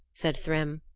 said thrym,